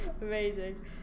Amazing